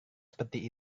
seperti